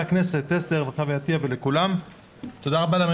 תודה רבה.